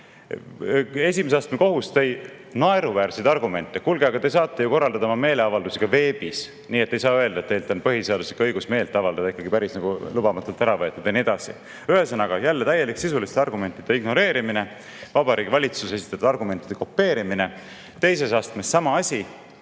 on. Esimese astme kohus tõi naeruväärseid argumente: "Kuulge, aga te saate ju korraldada oma meeleavaldusi ka veebis, nii et ei saa öelda, et teilt on põhiseaduslik õigus meelt avaldada ikkagi päris lubamatult ära võetud." Ja nii edasi. Ühesõnaga, jälle täielik sisuliste argumentide ignoreerimine, Vabariigi Valitsuse esitatud argumentide kopeerimine. Teises astmes sama asi,